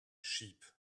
sheep